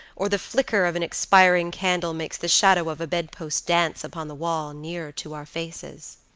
or the flicker of an expiring candle makes the shadow of a bedpost dance upon the wall, nearer to our faces.